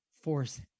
force